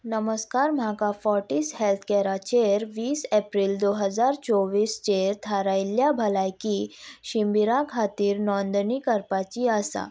नमस्कार म्हाका Fortis health कॅराचेर वीस एप्रिल दोन हजार चोवीस चेर थारायिल्ल्या भलायकी शिबिरा खातीर नोंदणी करपाची आसा